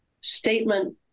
statement